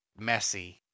messy